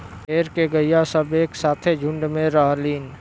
ढेर के गइया सब एक साथे झुण्ड में रहलीन